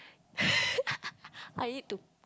I need to